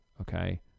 Okay